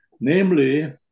namely